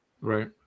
Right